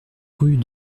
rue